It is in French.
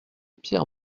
pierre